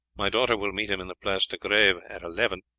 my daughter will meet him in the place de greve at eleven,